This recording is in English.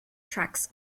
tracks